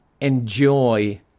enjoy